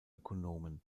ökonomen